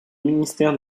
ministère